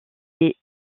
est